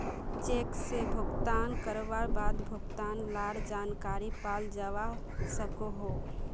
cheque से भुगतान करवार बाद भुगतान लार जानकारी पाल जावा सकोहो